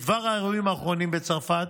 בדבר האירועים האחרונים בצרפת,